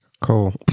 Cool